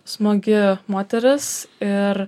smagi moteris ir